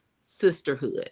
sisterhood